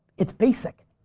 it's basic,